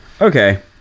Okay